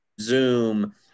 zoom